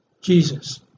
Jesus